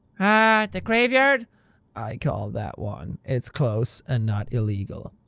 ah, the graveyard i call that one. it's close and not illegal.